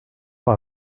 par